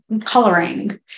coloring